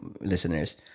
listeners